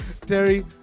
terry